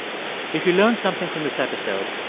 if you learned something from this episode,